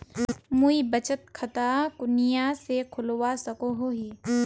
मुई बचत खता कुनियाँ से खोलवा सको ही?